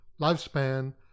lifespan